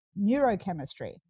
neurochemistry